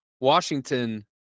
Washington